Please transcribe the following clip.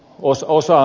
osa osaa